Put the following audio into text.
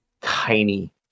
tiny